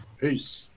Peace